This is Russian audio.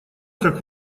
как